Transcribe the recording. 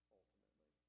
ultimately